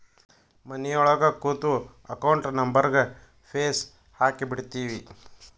ಮನಿಯೊಳಗ ಕೂತು ಅಕೌಂಟ್ ನಂಬರ್ಗ್ ಫೇಸ್ ಹಾಕಿಬಿಡ್ತಿವಿ